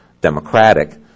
democratic